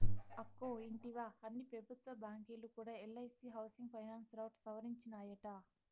అక్కో ఇంటివా, అన్ని పెబుత్వ బాంకీలు కూడా ఎల్ఐసీ హౌసింగ్ ఫైనాన్స్ రౌట్ సవరించినాయట